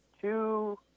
two